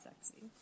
sexy